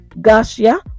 Garcia